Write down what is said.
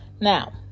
now